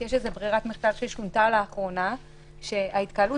יש איזו ברירת מחדל ששונתה לאחרונה שלפיה ההתקהלות